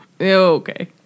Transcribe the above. Okay